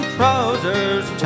trousers